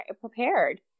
prepared